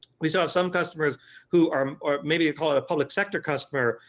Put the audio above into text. we saw some customers who are or maybe call it a public sector customer,